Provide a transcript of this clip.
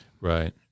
Right